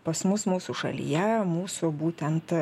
pas mus mūsų šalyje mūsų būtent